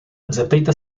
zeptejte